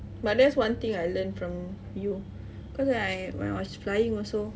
but that's one thing I learnt from you cause I when I was flying also